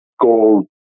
gold